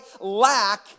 lack